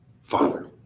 Father